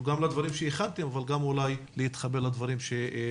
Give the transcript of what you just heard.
תוכלו לומר את הדברים שהכנתם אבל גם אולי להתחבר לדברים שייאמרו.